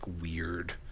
weird